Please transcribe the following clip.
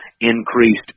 increased